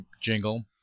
jingle